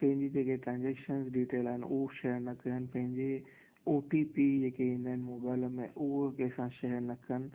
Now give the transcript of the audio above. पंहिंजी जेके transactions detail आहिनि हू शेयर न करण पंहिंजे ओ टी पी जेके ईंदा आहिनि मोबाइल में उहो कंहिंसां शेयर न कनि